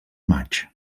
maig